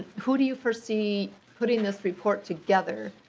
who do you foresee putting this report together?